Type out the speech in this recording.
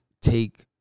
take